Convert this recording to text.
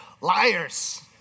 liars